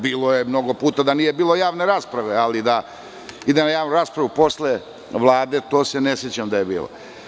Bilo je mnogo puta da nije bilo javne rasprave, ali da ide na javnu raspravu posle Vlade, to se ne sećam da je bilo.